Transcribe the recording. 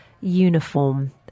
uniform